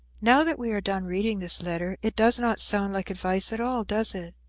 now that we are done reading this letter it does not sound like advice at all, does it.